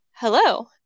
Hello